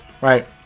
Right